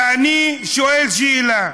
ואני שואל שאלה: